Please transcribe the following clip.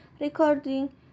recording